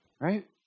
right